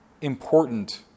important